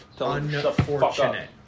Unfortunate